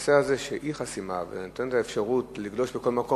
הנושא הזה של אי-חסימה ונתינת האפשרות לגלוש לכל מקום,